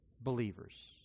believers